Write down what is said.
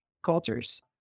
cultures